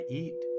eat